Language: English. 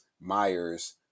Myers